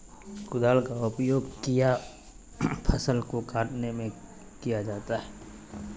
कुदाल का उपयोग किया फसल को कटने में किया जाता हैं?